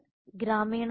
03 ഗ്രാമീണ 50